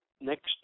next